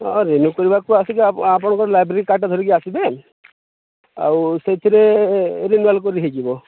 ହଁ ରିନ୍ୟୁ କରିବାକୁ ଆସିକି ଆପଣ ଆପଣଙ୍କ ଲାଇବ୍ରେରୀ କାର୍ଡ଼ଟା ଧରିକି ଆସିବେ ଆଉ ସେଇଥିରେ ରିନ୍ୟୁଆଲ୍ କରିହୋଇଯିବ